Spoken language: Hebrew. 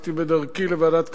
הייתי בדרכי לוועדת הכספים,